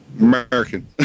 American